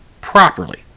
properly